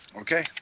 Okay